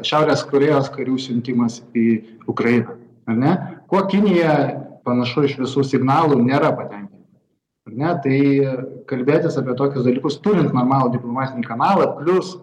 šiaurės korėjos karių siuntimas į ukrainą ane kuo kinija panašu iš visų signalų nėra patenkinta ar ne tai kalbėtis apie tokius dalykus turint normalų diplomatinį kanalą plius